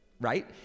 right